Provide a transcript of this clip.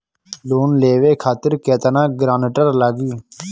Loan लेवे खातिर केतना ग्रानटर लागी?